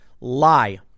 lie